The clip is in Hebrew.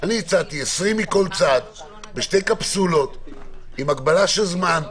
20 מכל צד בשתי קפסולות עם הגבלה של זמן,